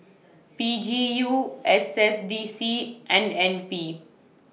P G U S S D C and N P